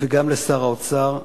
וגם לשר האוצר,